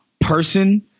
person